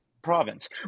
province